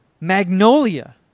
Magnolia